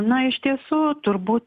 na iš tiesų turbūt